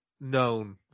known